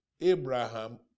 Abraham